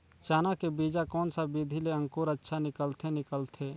चाना के बीजा कोन सा विधि ले अंकुर अच्छा निकलथे निकलथे